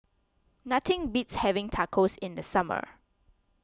nothing beats having Tacos in the summer